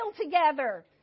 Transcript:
together